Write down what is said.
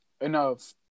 enough